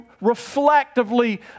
reflectively